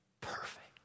perfect